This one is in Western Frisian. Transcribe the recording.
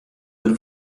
der